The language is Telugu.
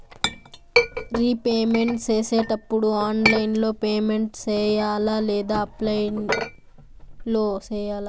రీపేమెంట్ సేసేటప్పుడు ఆన్లైన్ లో పేమెంట్ సేయాలా లేదా ఆఫ్లైన్ లో సేయాలా